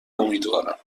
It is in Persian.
امیدوارم